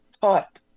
taught